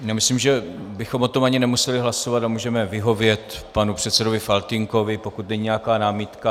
Myslím, že bychom o tom ani nemuseli hlasovat a můžeme vyhovět panu předsedovi Faltýnkovi, pokud není nějaká námitka.